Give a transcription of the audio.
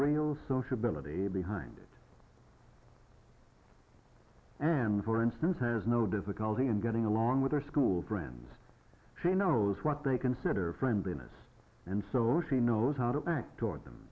real sociability behind it and for instance has no difficulty in getting along with her school friends she knows what they consider friendliness and so she knows how to act toward them